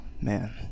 Man